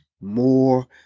more